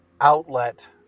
outlet